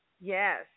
Yes